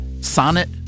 Sonnet